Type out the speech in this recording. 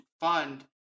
fund